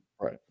Right